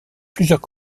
plusieurs